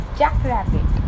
jackrabbit